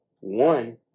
One